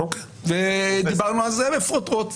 דיברנו על זה בפרוטרוט.